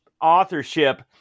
authorship